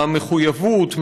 מהמחויבות,